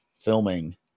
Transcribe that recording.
filming